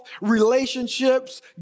relationships